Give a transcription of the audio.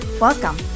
Welcome